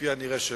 כפי הנראה לא.